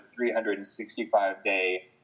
365-day